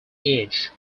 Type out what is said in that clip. edge